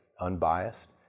unbiased